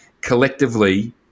collectively